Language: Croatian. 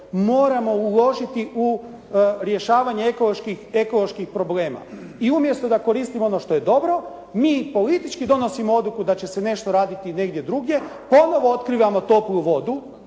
moramo uložiti u rješavanje ekoloških problema. I umjesto da koristimo ono što je dobro mi politički donosimo odluku da će se nešto raditi negdje drugdje. Ponovo otkrivamo toplu vodu.